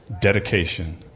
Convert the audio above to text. dedication